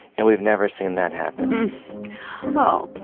and we've never seen that happen oh